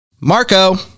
Marco